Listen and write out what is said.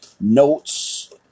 notes